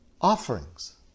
offerings